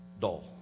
dull